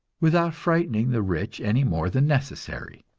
without frightening the rich any more than necessary.